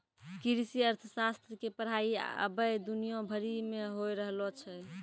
कृषि अर्थशास्त्र के पढ़ाई अबै दुनिया भरि मे होय रहलो छै